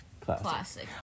classic